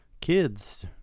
kids